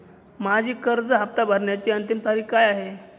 माझी कर्ज हफ्ता भरण्याची अंतिम तारीख काय आहे?